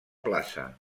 plaça